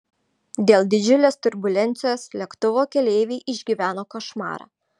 dėl didžiulės turbulencijos lėktuvo keleiviai išgyveno košmarą